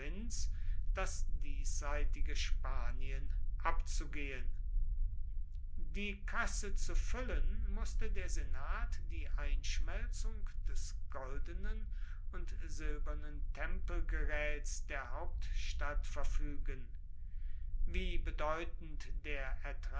das diesseitige spanien abzugehen die kasse zu füllen mußte der senat die einschmelzung des goldenen und silbernen tempelgeräts der hauptstadt verfügen wie bedeutend der